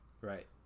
Right